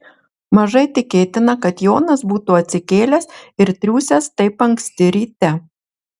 mažai tikėtina kad jonas būtų atsikėlęs ir triūsęs taip anksti ryte